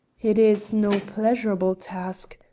it is no pleasurable task,